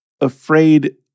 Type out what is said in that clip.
afraid